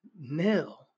nil